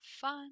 fun